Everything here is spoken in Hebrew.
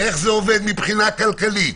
איך זה עובד מבחינה כלכלית,